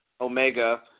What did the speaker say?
Omega